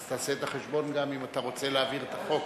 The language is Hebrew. אז תעשה את החשבון אם אתה רוצה להעביר את החוק.